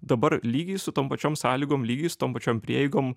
dabar lygiai su tom pačiom sąlygom lygiai su tom pačiom prieigom